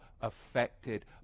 affected